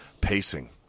pacing